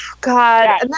God